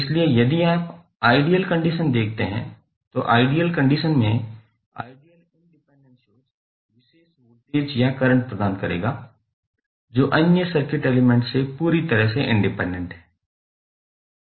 इसलिए यदि आप आइडियल कंडीशन देखते हैं तो आइडियल कंडीशन में आइडियल इंडिपेंडेंट सोर्स विशेष वोल्टेज या करंट प्रदान करेगा जो अन्य सर्किट एलिमेंट से पूरी तरह से इंडिपेंडेंट है